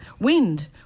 Wind